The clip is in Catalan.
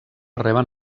reben